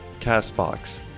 CastBox